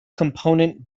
component